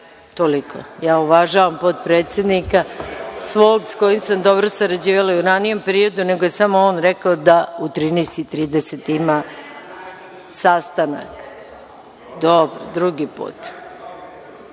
Toliko. Ja uvažavam potpredsednika svog s kojim sam dobro sarađivala i u ranijem periodu, nego je samo on rekao da u 13.30 časova ima sastanak. Miljan